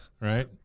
right